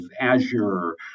Azure